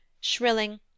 shrilling